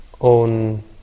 own